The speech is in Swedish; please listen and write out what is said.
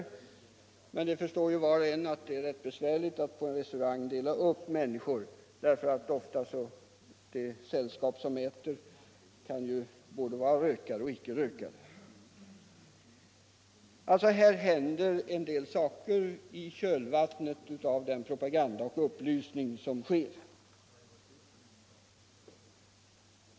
Men var och en förstår ju att det kan vara rätt besvärligt att dela upp människor så, därför att i ett sällskap som äter tillsammans kan det ju finnas både rökare och icke-rökare. Det händer alltså en del saker i kölvattnet på den propaganda och den upplysning som sker.